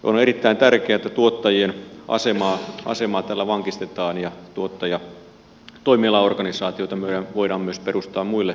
on erittäin tärkeää että tuottajien asemaa tällä vankistetaan ja tuottajatoimiala organisaatioita voidaan myös perustaa muille toimialoille